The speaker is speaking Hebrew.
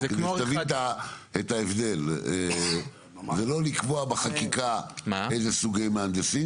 כדי שתבין את ההבדל: זה לא לקבוע בחקיקה אילו סוגי מהנדסים,